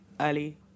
early